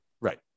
Right